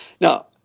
Now